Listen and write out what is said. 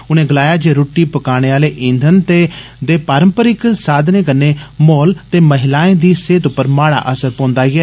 उनें गलाया जे रुट्टी पकाने आहले इंधन दे पारम्परिक साधनें कन्नै माहौल ते महिलाएं दी सेहत उप्पर माढ़ा असर पौन्दा ऐ